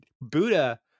Buddha